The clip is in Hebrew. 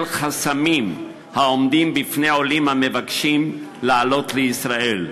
חסמים העומדים בפני עולים המבקשים לעלות לישראל.